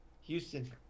Houston